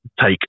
take